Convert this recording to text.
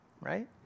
right